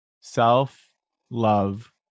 Self-love